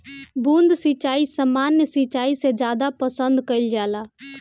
बूंद सिंचाई सामान्य सिंचाई से ज्यादा पसंद कईल जाला